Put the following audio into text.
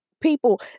people